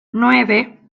nueve